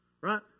Right